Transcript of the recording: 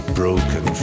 broken